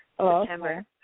September